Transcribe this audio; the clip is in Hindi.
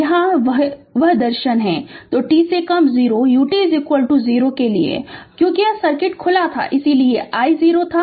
यहाँ यहाँ यह वही दर्शन है जो t से कम 0 ut 0 के लिए है और क्योंकि सर्किट खुला था इसलिए i 0 था